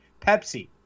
Pepsi